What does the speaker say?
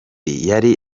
yari